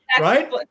right